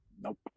Nope